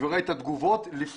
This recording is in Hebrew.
ואני צפיתי וראיתי את תגובות האנשים.